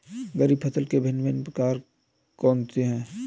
खरीब फसल के भिन भिन प्रकार कौन से हैं?